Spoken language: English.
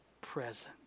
present